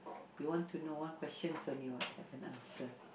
you want to know one questions only what haven't answer